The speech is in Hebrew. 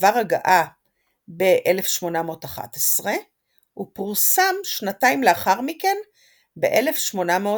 עבר הגהה ב־1811 ופורסם שנתיים לאחר מכן ב־1813.